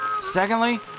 Secondly